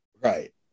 right